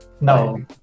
No